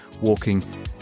walking